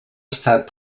estat